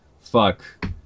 fuck